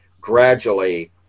gradually